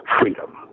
freedom